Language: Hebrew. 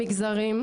מגזרים,